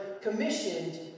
commissioned